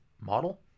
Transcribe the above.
model